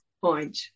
point